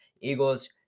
Eagles